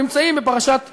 נמצאים בפרשת תרומה,